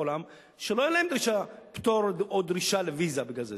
שלא יהיה להם פטור או דרישה לוויזה בגלל זה,